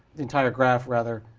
the entire graph rather,